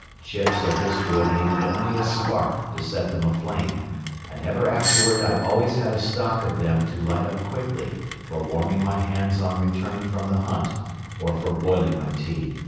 chips of this wood needed only a spark to set them aflame and ever afterward i always had a stock of them to light up quickly for warming my hands on returning from the hunt or for boiling my tea.